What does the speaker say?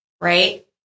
right